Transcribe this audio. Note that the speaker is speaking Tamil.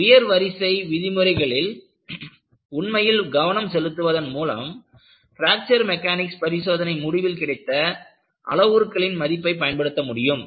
உயர் வரிசை விதிமுறைகளில் உண்மையில் கவனம் செலுத்துவதன் மூலம் பிராக்ச்சர் மெக்கானிக்ஸ் பரிசோதனை முடிவில் கிடைத்த அளவுருக்களின் மதிப்பை பயன்படுத்த முடியும்